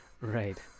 right